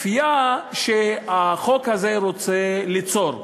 הכפייה שהחוק הזה רוצה ליצור.